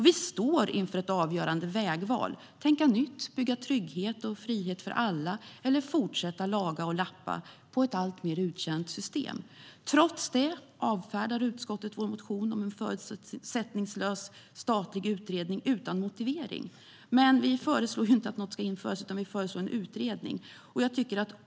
Vi står inför ett avgörande vägval: Ska vi tänka nytt och bygga trygghet och frihet för alla eller fortsätta laga och lappa på ett alltmer uttjänt system? Trots detta avfärdar utskottet vår motion om en förutsättningslös statlig utredning utan motivering. Vi föreslår inte att något ska införas, utan vi föreslår en utredning.